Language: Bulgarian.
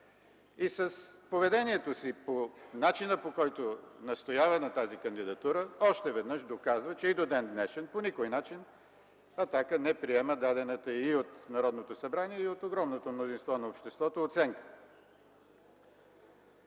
С поведението си по начина, по който настоява на тази кандидатура, още веднъж доказва, че и до ден-днешен по никой начин „Атака” не приема дадената й от Народното събрание – и от огромното мнозинство на обществото – оценка.